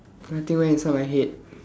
nothing went inside my head